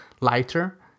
lighter